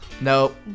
Nope